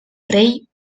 rei